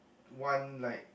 one like